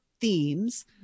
themes